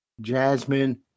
Jasmine